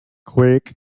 quick